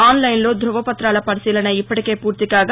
ఆన్లైన్లో ధృవప్రతాల పరిశీలన ఇప్పటికే పూర్తికాగా